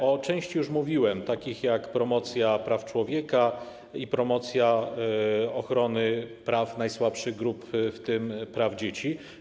O części już mówiłem, takich jak promocja praw człowieka i promocja ochrony praw najsłabszych grup, w tym praw dzieci.